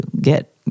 get